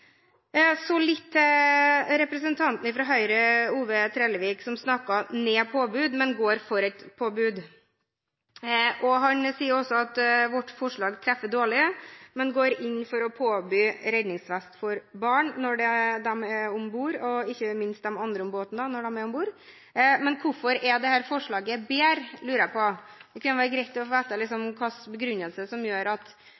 Så til representanten fra Høyre, Ove Bernt Trellevik, som snakker ned påbud, men går inn for et påbud. Han sier også at vårt forslag treffer dårlig, men går inn for å påby redningsvest for barn når de er om bord, og ikke minst de andre i båten når de er om bord. Men hvorfor er dette forslaget bedre, lurer jeg på. Det kan være greit å få vite begrunnelsen for det, som gjør at